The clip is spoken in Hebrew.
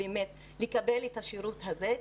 לקבל את השירות הזה,